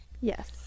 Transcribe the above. Yes